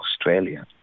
Australia